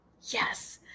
Yes